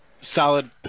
solid